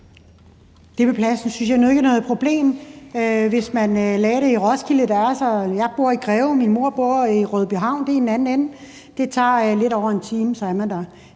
Det med pladsen synes jeg nu ikke er noget problem, hvis man lagde det i Roskilde. Jeg bor i Greve, min mor bor i Rødby Havn. Det er i den anden ende. Det tager lidt over en time, så er man der.